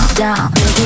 down